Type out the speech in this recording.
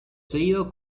seguido